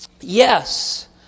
Yes